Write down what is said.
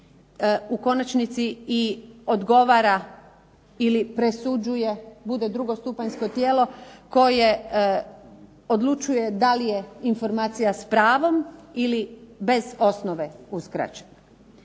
u konačnici odgovara ili presuđuje bude drugostupanjsko tijelo koje odlučuje da li je informacija s pravom ili bez osnove uskraćena.